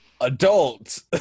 adult